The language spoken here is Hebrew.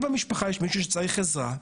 לי במשפחה יש מישהו שצריך עזרה.